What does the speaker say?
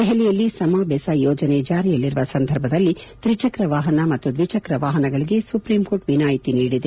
ದೆಹಲಿಯಲ್ಲಿ ಸಮ ಬೆಸ ಯೋಜನೆ ಜಾರಿಯಲ್ಲಿರುವ ಸಂದರ್ಭದಲ್ಲಿ ತ್ರಿಚಕ್ರವಾಹನ ಮತ್ತು ದ್ವಿಚಕ್ರ ವಾಹನಗಳಗೆ ಸುಪ್ರೀಂ ಕೋರ್ಟ್ ವಿನಾಯಿತಿ ನೀಡಿದೆ